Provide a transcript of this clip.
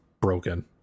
broken